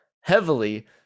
heavily